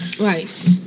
Right